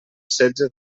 setze